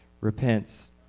repents